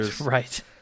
Right